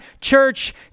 church